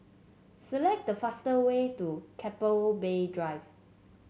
select the fastest way to Keppel Bay Drive